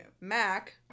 Mac